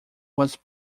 was